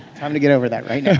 time to get over that right now.